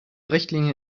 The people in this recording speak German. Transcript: richtlinie